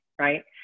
right